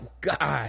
God